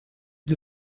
для